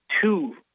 Two